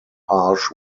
harsh